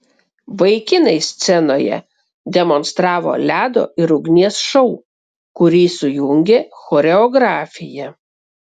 vaikinai scenoje demonstravo ledo ir ugnies šou kurį sujungė choreografija